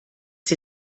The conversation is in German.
sie